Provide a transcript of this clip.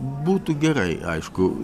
būtų gerai aišku